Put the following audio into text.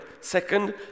Second